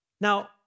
Now